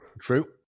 True